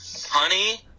Honey